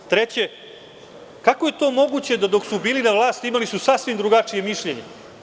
Treće, kako je to moguće da dok su bili na vlasti imali su sasvim drugačije mišljenje?